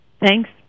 Thanks